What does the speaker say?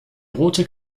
rote